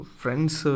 friends